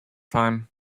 time